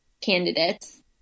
candidates